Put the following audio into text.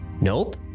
Nope